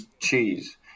Cheese